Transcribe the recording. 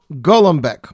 Golombek